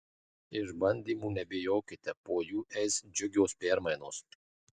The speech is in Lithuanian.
išbandymų nebijokite po jų eis džiugios permainos